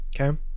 Okay